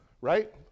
right